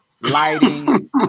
lighting